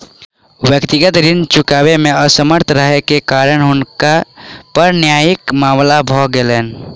व्यक्तिगत ऋण चुकबै मे असमर्थ रहै के कारण हुनका पर न्यायिक मामला भ गेलैन